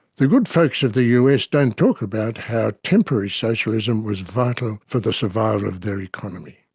the good folks of the us don't talk about how temporary socialism was vital for the survival of their economy.